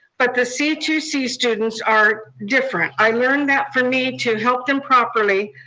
but the c two c students are different. i learned that for me to help them properly,